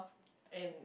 and